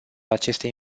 acestei